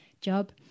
job